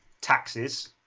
taxes